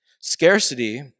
Scarcity